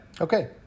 okay